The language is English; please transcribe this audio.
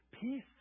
peace